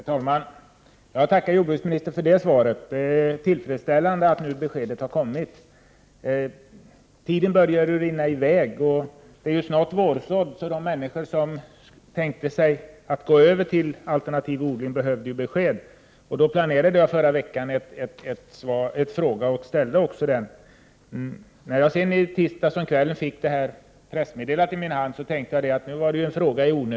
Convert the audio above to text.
Herr talman! Jag tackar jordbruksministern för svaret. Det är tillfredsställande att ett besked nu har kommit. Tiden började rinna i väg. Dessutom är det ju snart vårsådd. De människor som tänkt gå över till alternativ odling behövde alltså få ett besked. Därför började jag planera den här frågan förra veckan. Men när jag i tisdags kväll fick pressmeddelandet i min hand tänkte jag att det kanske var onödigt att framställa frågan.